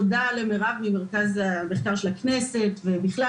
תודה למירב ממרכז המחקר של הכנסת ובכלל,